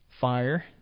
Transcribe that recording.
fire